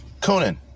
Conan